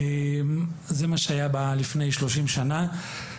זה מה שהיה לפני 30 שנה.